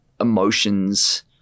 emotions